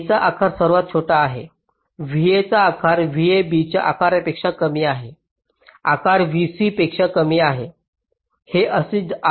A चा आकार सर्वात छोटा आहे v A चा आकार v B च्या आकारापेक्षा कमी आहे आकार v C पेक्षा कमी आहे